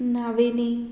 Navelim